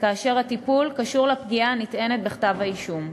כאשר הטיפול קשור לפגיעה הנטענת בכתב-האישום.